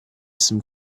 some